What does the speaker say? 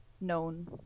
known